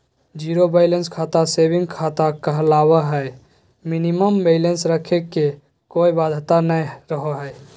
zero balance खाता saving खाता कहलावय हय मिनिमम बैलेंस रखे के कोय बाध्यता नय रहो हय